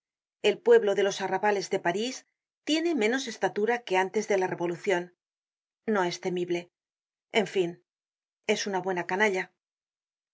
el pueblo de los arrabales de parís tiene menos estatura que antes de la revolucion no es temible en fin es una buena canalla